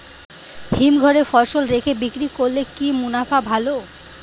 হিমঘরে ফসল রেখে বিক্রি করলে কি মুনাফা ভালো?